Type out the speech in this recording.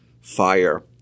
Fire